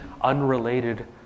unrelated